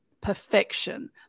perfection